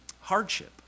hardship